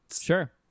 Sure